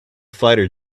fighter